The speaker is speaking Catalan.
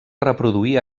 reproduir